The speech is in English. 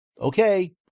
Okay